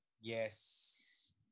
Yes